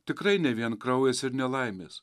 tikrai ne vien kraujas ir nelaimės